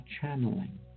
channeling